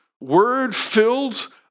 word-filled